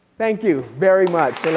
thank you very much.